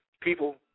People